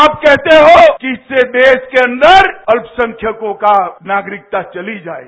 आप कहते हो इससे देश के अंदर अल्पसंख्यकों का नागरिकता चला जायेगा